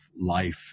life